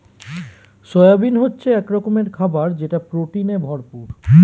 soybean হচ্ছে এক রকমের খাবার যেটা প্রোটিনে ভরপুর